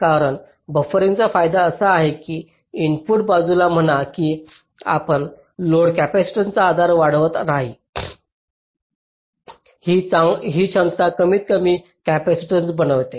कारण बफरिंगचा फायदा असा आहे की इनपुट बाजूला म्हणा की आपण लोड कॅपेसिटन्सचा आधार वाढवत नाही ही क्षमता कमीतकमी कॅपेसिटन्स बनते